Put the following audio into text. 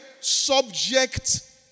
subject